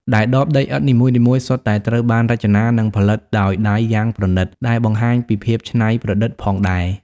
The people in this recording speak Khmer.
ដែលដបដីឥដ្ឋនីមួយៗសុទ្ធតែត្រូវបានរចនា និងផលិតដោយដៃយ៉ាងប្រណិត ដែលបង្ហាញពីភាពច្នៃប្រឌិតផងដែរ។